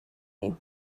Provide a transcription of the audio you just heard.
you